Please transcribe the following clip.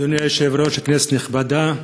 אדוני היושב-ראש, כנסת נכבדה,